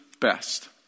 best